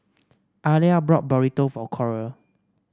Ellar bought Burrito for Coral